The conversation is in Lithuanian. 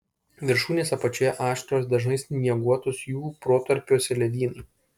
viršūnės apačioje aštrios dažnai snieguotos jų protarpiuose ledynai